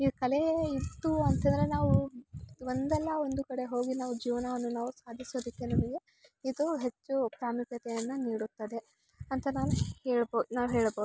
ಈ ಕಲೆ ಇತ್ತು ಅಂತಂದ್ರೆ ನಾವು ಒಂದಲ್ಲ ಒಂದು ಕಡೆ ಹೋಗಿ ನಾವು ಜೀವನವನ್ನು ನಾವು ಸಾಧಿಸೋದಕ್ಕೆ ನಮಗೆ ಇದು ಹೆಚ್ಚು ಪ್ರಾಮುಖ್ಯತೆಯನ್ನು ನೀಡುತ್ತದೆ ಅಂತ ನಾನು ಹೇಳ್ಬೊ ನಾನು ಹೇಳ್ಬೋದು